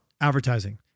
advertising